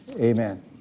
Amen